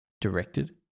directed